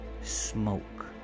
Smoke